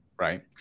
Right